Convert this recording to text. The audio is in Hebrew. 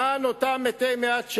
למען אותם מתי מעט שנשארו,